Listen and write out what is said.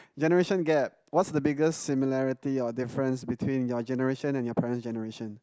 generation gap what's the biggest similarity or difference between your generation and your parent's generation